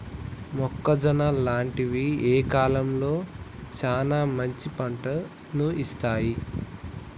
మొక్కజొన్న లాంటివి ఏ కాలంలో సానా మంచి పంటను ఇత్తయ్?